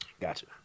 Gotcha